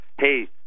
hey